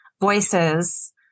voices